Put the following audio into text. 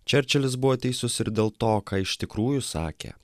čerčilis buvo teisus ir dėl to ką iš tikrųjų sakė